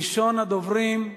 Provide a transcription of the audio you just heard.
ראשון הדוברים,